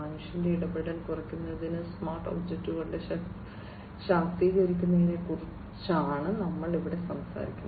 മനുഷ്യന്റെ ഇടപെടൽ കുറയ്ക്കുന്നതിന് സ്മാർട്ട് ഒബ്ജക്റ്റുകളെ ശാക്തീകരിക്കുന്നതിനെക്കുറിച്ചാണ് നമ്മൾ ഇവിടെ സംസാരിക്കുന്നത്